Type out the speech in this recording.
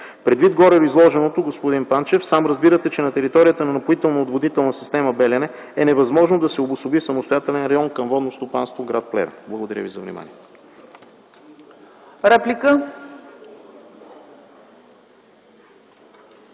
Предвид гореизложеното, господин Панчев, сам разбирате, че на територията на напоително-отводнителна система „Белене” е невъзможно да се обособи самостоятелен район към „Водно стопанство” – гр. Плевен. Благодаря ви за вниманието.